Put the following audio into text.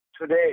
today